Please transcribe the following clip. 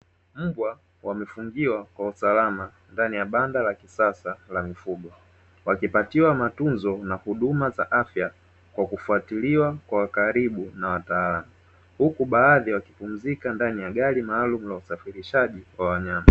Mbwa wamefungiwa kwa usalama ndani ya banda la kisasa la mifugo, wakipatiwa huduma ya kiafya, wakifatiliwa kwa ukaribu na wataalamu huku baadhi wakipakizwa ndani ya gari maalumu ya usafirishaji ya wanyama.